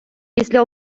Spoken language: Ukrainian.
після